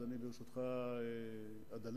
אז ברשותך אדלג.